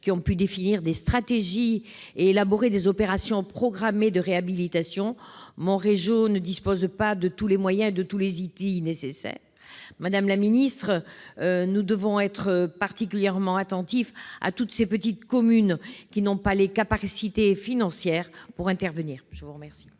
ont pu définir des stratégies et élaborer des opérations programmées de réhabilitation. Mais, pour sa part, Montréjeau ne dispose pas de tous les moyens et de tous les outils nécessaires. Pensez aux ORT ! Nous devons être particulièrement attentifs à toutes ces petites communes qui n'ont pas les capacités financières pour intervenir. La parole